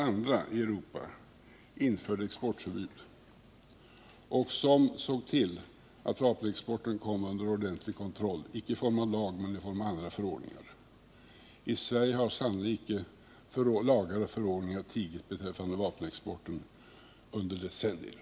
Däri ligger själva viljeinriktningen, och det torde ge svar på herr Göranssons fråga.